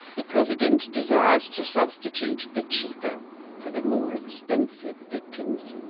the president desired to substitute the cheaper for the more expensive victims.